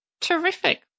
Terrific